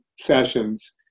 sessions